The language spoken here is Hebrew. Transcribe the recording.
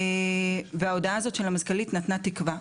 וההודעה הזאת של המזכ"לית נתנה תקווה,